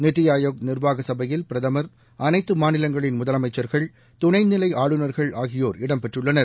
நித்தி ஆயோக் நிர்வாக சபையில் பிரதமர் அனைத்து மாநிலங்களின் முதலமைச்சர்கள் துணைநிலை ஆளுநர்கள் ஆகியோர் இடம் பெற்றுள்ளனர்